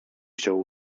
chciał